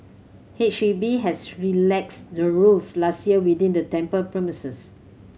H E B has relaxed the rules last year within the temple premises